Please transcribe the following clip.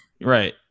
Right